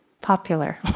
popular